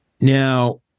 Now